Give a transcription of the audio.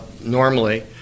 normally